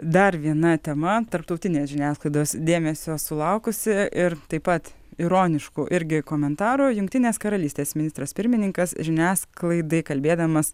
dar viena tema tarptautinės žiniasklaidos dėmesio sulaukusi ir taip pat ironišku irgi komentaru jungtinės karalystės ministras pirmininkas žiniasklaidai kalbėdamas